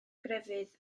grefydd